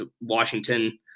Washington